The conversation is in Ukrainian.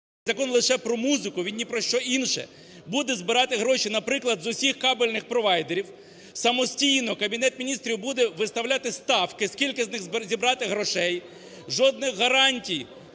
закон лише про музику, він ні про що інше. Буде збирати гроші, наприклад, з усіх кабельних провайдерів, самостійно Кабінет Міністрів буде виставляти ставки, скільки з них зібрати грошей. Жодних гарантій